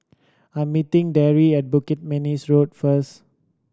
I am meeting Daryl at Bukit Manis Road first